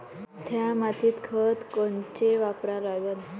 थ्या मातीत खतं कोनचे वापरा लागन?